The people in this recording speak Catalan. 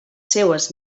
seues